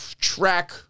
track